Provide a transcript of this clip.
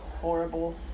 horrible